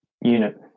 unit